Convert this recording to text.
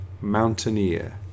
Mountaineer